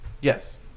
Yes